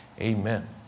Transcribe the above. amen